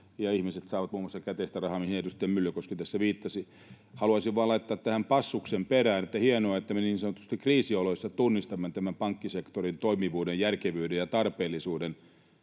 ja ihmiset saavat muun muassa käteistä rahaa, mihin edustaja Myllykoski tässä viittasi. Haluaisin vain laittaa tähän passuksen perään, että hienoa, että me niin sanotusti kriisioloissa tunnistamme tämän pankkisektorin toimivuuden järkevyyden ja tarpeellisuuden.